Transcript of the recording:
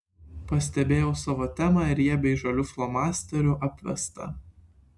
pastebėjau savo temą riebiai žaliu flomasteriu apvestą